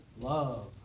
love